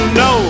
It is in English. no